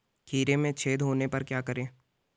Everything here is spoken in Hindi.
खीरे में छेद होने पर क्या करें?